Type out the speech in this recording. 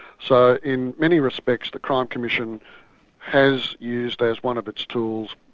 so, in many respects the crime commission has used as one of its tools,